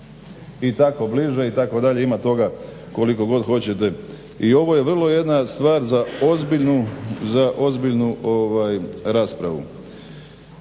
i tako bliže, i tako dalje, ima toga koliko god hoćete i ovo je vrlo jedna stvar za ozbiljnu raspravu.